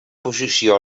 posició